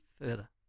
further